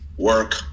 work